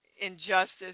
injustice